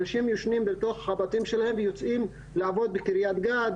אנשים ישנים בתוך הבתים שלהם ויוצאים לעבוד בקריית גת,